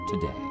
today